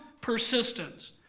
persistence